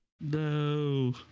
No